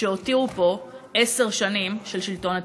שהותירו פה עשר שנים של שלטון נתניהו.